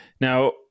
Now